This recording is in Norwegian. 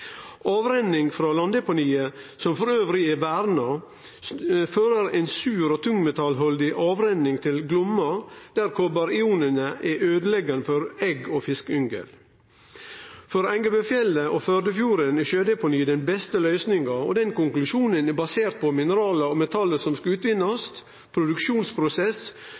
Avrenning frå landdeponiet, som er verna, fører ei sur og tungmetallhaldig avrenning til Glomma, der kopariona er øydeleggjande for egg og fiskeyngel. For Engebøfjellet og Førdefjorden er sjødeponi den beste løysinga. Den konklusjonen er basert på mineral og metallar som skal utvinnast, produksjonsprosess,